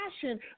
passion